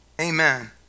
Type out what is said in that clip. Amen